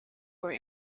were